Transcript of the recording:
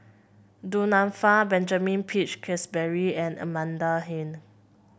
Du Nanfa Benjamin Peach Keasberry and Amanda Heng